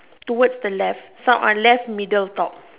towards the left unless left middle top